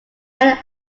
many